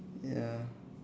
ya